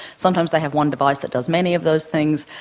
sometimes they have one device that does many of those things.